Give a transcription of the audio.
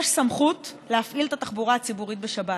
יש סמכות להפעיל את התחבורה הציבורית בשבת.